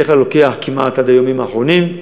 בדרך כלל זה אורך כמעט עד הימים האחרונים,